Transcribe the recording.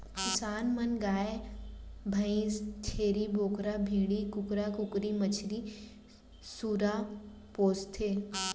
किसान मन गाय भईंस, छेरी बोकरा, भेड़ी, कुकरा कुकरी, मछरी, सूरा पोसथें